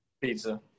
Pizza